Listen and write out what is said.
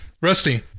Rusty